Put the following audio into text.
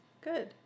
Good